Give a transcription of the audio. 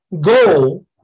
goal